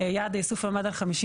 יעד האיסוף עמד על 55%,